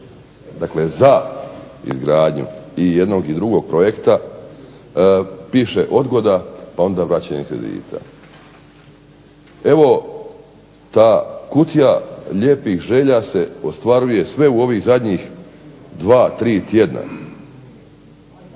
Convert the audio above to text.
dakle za izgradnju i jednog i drugog projekta, piše odgoda pa onda vraćanje kredita. Ta kutija lijepih želja se ostvaruje sve u ovih zadnjih dva, tri tjedna.